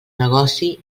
negoci